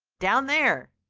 down there,